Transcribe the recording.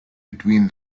between